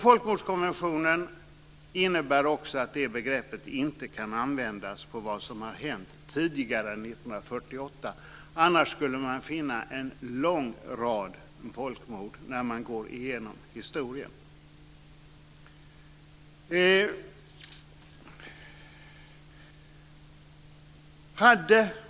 Folkmordskonventionen innebär också att det här begreppet inte kan användas när det gäller det som har hänt tidigare än 1948. Annars skulle man finna en lång rad folkmord när man går igenom historien.